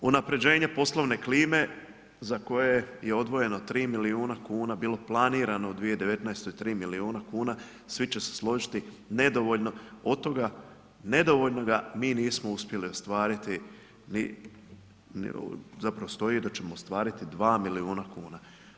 Unapređenje poslovne klime za koje je i odvojeno 3 milijuna kuna bilo planirano u 2019. 3 milijuna kuna, svi će se složiti nedovoljno od toga nedovoljnoga mi nismo uspjeli ostvariti ni, zapravo stoji da ćemo ostvariti 2 milijuna kuna.